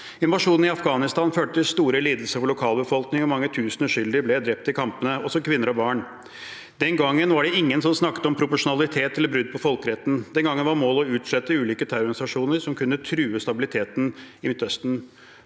Invasjonen i Afghanistan førte til store lidelser for lokalbefolkningen, og mange tusen uskyldige ble drept i kampene, også kvinner og barn. Den gangen var det ingen som snakket om proporsjonalitet eller brudd på folkeretten. Den gangen var målet å utslette ulike terrororganisasjoner som kunne true stabiliteten i Midtøsten.